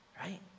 right